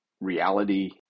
reality